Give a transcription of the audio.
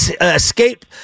escape